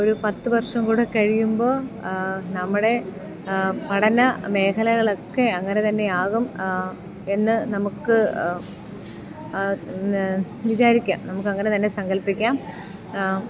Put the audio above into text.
ഒരു പത്ത് വർഷം കൂടെ കഴിയുമ്പോൾ നമ്മുടെ പഠന മേഖലകളൊക്കെ അങ്ങനെ തന്നെ ആകും എന്ന് നമുക്ക് വിചാരിക്കാം നമുക്ക് അങ്ങനെ തന്നെ സങ്കൽപ്പിക്കാം